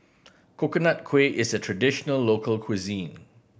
Coconut Kuih is a traditional local cuisine